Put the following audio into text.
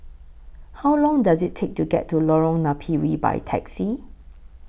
How Long Does IT Take to get to Lorong Napiri By Taxi